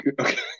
okay